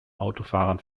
autofahrern